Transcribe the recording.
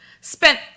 spent